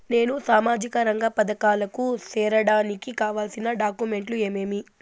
నేను సామాజిక రంగ పథకాలకు సేరడానికి కావాల్సిన డాక్యుమెంట్లు ఏమేమీ?